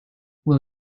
will